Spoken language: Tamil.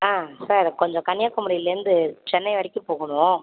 சார் கொஞ்சம் கன்னியகுமாரியிலேருந்து சென்னை வரைக்கும் போகணும்